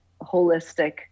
holistic